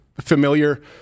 familiar